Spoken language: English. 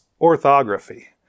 orthography